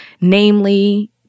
namely